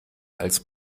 als